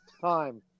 time